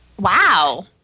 Wow